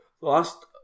last